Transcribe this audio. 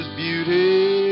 beauty